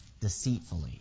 deceitfully